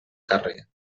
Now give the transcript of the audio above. carrer